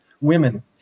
women